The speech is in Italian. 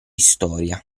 storia